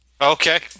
Okay